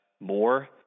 more